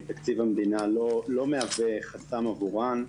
תקציב המדינה לא מהווה חסם עבורן.